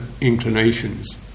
inclinations